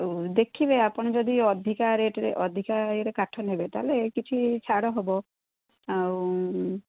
ଆଉ ଦେଖିବେ ଆପଣ ଯଦି ଅଧିକା ରେଟ୍ରେ ଅଧିକା ଇଏରେ କାଠ ନେବେ ତା'ହେଲେ କିଛି ଛାଡ଼ ହବ ଆଉ